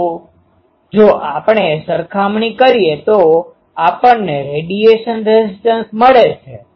તો જો આપણે સરખામણી કરીએ તો આપણને રેડિયેશન રેઝિસ્ટન્સ મળે છે